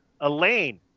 Elaine